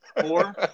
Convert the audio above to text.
Four